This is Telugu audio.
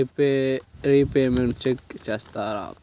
రిపేమెంట్స్ చెక్ చేస్తారా?